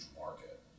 market